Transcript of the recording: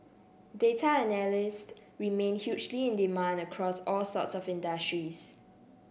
data analysts remain hugely in demand across all sorts of industries